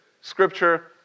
scripture